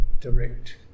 direct